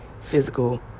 physical